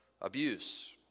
abuse